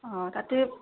অঁ তাতে